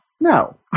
no